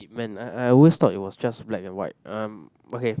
it meant ah I always thought it was just black and white um okay